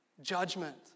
judgment